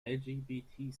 lgbt